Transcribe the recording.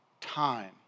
time